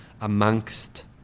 amongst